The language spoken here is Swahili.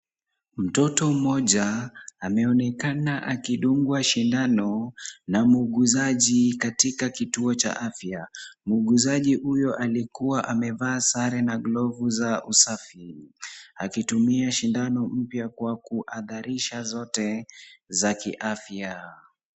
Mtoto mmoja ameonekana akidungwa sindano na muuguzaji katika kituo cha afya. Muuguzaji huyo alikuwa amevaa sare na glove za usafi, akitumia sindano mpya kwa kuadharisha zote za kiafya.